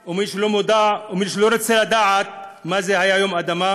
או מי שלא מודע או מי שלא רוצה לדעת מה היה יום האדמה,